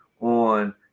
on